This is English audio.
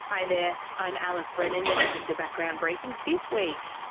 hi there, i'm alice brennan, you're listening to background briefing. this week,